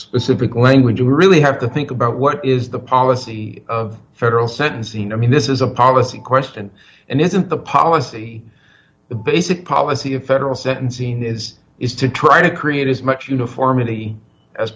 specific language you really have to think about what is the policy of federal sentencing i mean this is a policy question and isn't the policy the basic policy of federal sentencing is is to try to create as much uniformity as